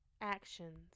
actions